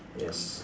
yes